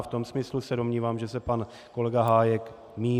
V tom smyslu se domnívám, že se pan kolega Hájek mýlí.